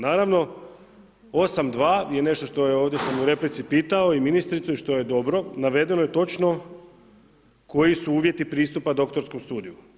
Naravno 8.2 je nešto što sam ovdje u replici pitao i ministricu i što je dobro, navedeno je točno koji su uvjeti pristupa doktorskom studiju.